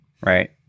right